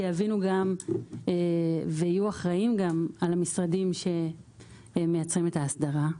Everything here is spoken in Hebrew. שיבינו גם ויהיו אחראים גם על המשרדים שמייצרים את האסדרה.